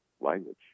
language